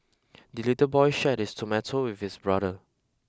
the little boy shared his tomato with his brother